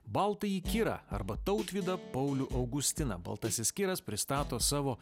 baltąjį kirą arba tautvydą paulių augustiną baltasis kiras pristato savo